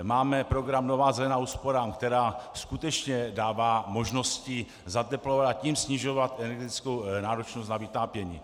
Máme program Nová zelená úsporám, která skutečně dává možnosti zateplovat, a tím snižovat energetickou náročnost na vytápění.